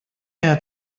how